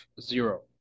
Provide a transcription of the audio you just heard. zero